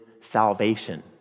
salvation